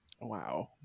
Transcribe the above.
Wow